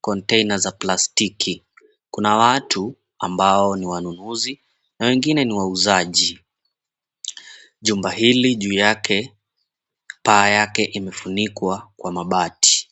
kontena za plastiki. Kuna watu, ambao ni wanunuzi, na wengine ni wauzaji. Jumba hili juu yake, paa yake imefunikwa kwa mabati.